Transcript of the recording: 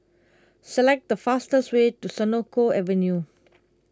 select the fastest way to Senoko Avenue